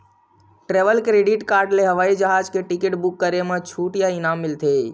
travel credit card ले हवई जहाज के टिकट बूक करे म छूट या इनाम मिलथे